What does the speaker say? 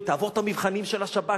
אם תעבור את המבחנים של השב"כ,